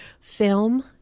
film